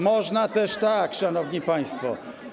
Można też tak, szanowni państwo.